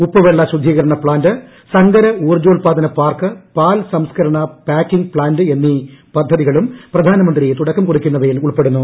ഉപ്പുവെള്ള ശുദ്ധീകരണ പ്ലാന്റ് സങ്കര ഊർജോൽപാദന പാർക്ക് പാൽ സംസ്കരണ പാക്കിംഗ് പ്ലാന്റ് എന്നി പദ്ധതികളും പ്രധാനമന്ത്രി തുടക്കം കുറിക്കുന്നവയിൽ ഉൾപെടുന്നു